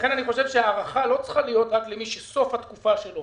חושב שהארכה לא צריכה להיות רק למי שסוף התקופה שלו